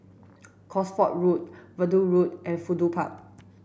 Cosford Road Verdun Road and Fudu Park